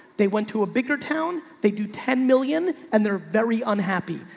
they went to a bigger town. they do ten million and they're very unhappy.